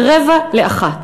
ב-12:45.